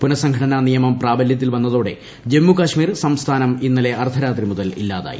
പുനസംഘടനാ നിയമം പ്രാബല്യത്തിൽ വന്നതോടെ ജമ്മുകശ്മീർ സംസ്ഥാനം ഇന്നലെ അർധരാത്രി മുതൽ ഇല്ലാതായി